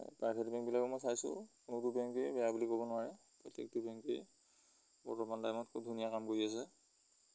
private বেংকবিলাকে মই চাইছোঁ কোনোটো বেংকেই বেয়া বুলি ক'ব নোৱাৰে প্ৰত্যেকটো বেংকেই বৰ্তমান টাইমত খুব ধুনীয়া কাম কৰি আছে